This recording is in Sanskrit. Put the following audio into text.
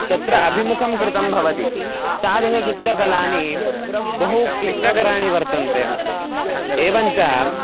तत्र अभिमुखं कृतं भवति तादृशचित्रकलानि बहुक्लिष्टकराणि वर्तन्ते एवं च